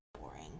boring